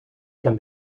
can